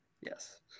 Yes